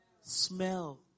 smell